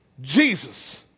Jesus